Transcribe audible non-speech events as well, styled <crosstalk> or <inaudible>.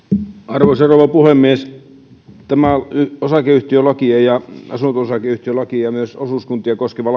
arvoisa rouva puhemies tämä osakeyhtiölakia ja asunto osakeyhtiölakia ja myös osuuskuntia koskeva <unintelligible>